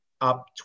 up